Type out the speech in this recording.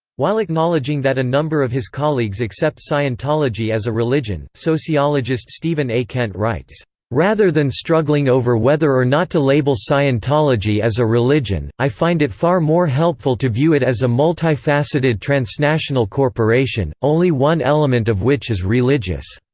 while acknowledging that a number of his colleagues accept scientology as a religion, sociologist stephen a. kent writes rather than struggling over whether or not to label scientology as a religion, i find it far more helpful to view it as a multifaceted transnational corporation, only one element of which is religious